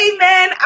Amen